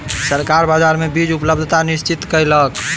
सरकार बाजार मे बीज उपलब्धता निश्चित कयलक